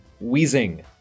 wheezing